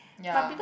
ya